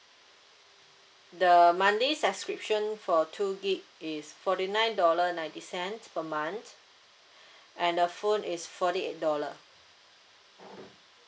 the monthly subscription for two gig is forty nine dollar ninety cents per month and the phone is forty eight dollar